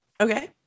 okay